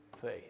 faith